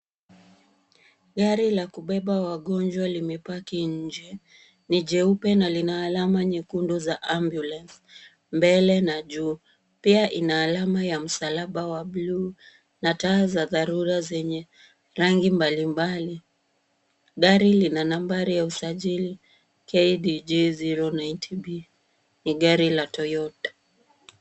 Gari la kubeba wagonjwa limepaki nje, ni jeupe na lina alama nyekundu za ambulance , mbele na juu. Pia ina alama ya msalaba wa blue na taa za dharura zenye rangi mbalimbali. Gari lina nambari ya usajili KDG O90B. Ni gari la Toyota.